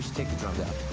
take the drums out.